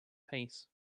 pace